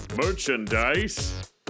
Merchandise